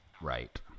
right